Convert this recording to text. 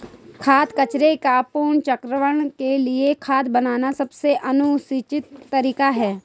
खाद्य कचरे के पुनर्चक्रण के लिए खाद बनाना सबसे अनुशंसित तरीका है